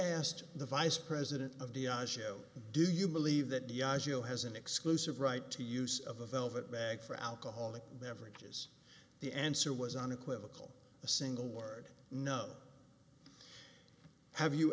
asked the vice president of the show do you believe that the i c a o has an exclusive right to use of a velvet bag for alcoholic beverages the answer was unequivocal a single word no have you